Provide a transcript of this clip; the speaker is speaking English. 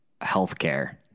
healthcare